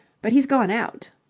but he's gone out.